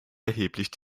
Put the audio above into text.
erheblich